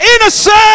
innocent